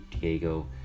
diego